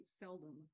seldom